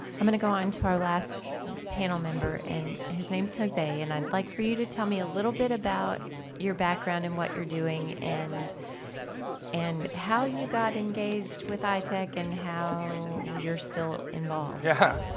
i'm gonna go on to our last panel member and his name is jose. i'd like for you to tell me a little bit about your background and what you're doing and and how you got engaged with itech and how you're still involved. yeah,